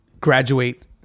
graduate